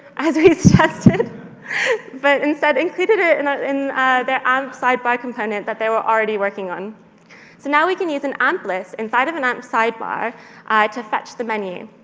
as we suggested, but instead included it in ah in their amp-sidebar component that they were already working on. so now, we can use an amp-list inside of an amp-sidebar to fetch the menu.